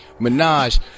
Minaj